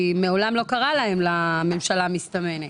כי מעולם לא קרה לממשלה המסתמנת.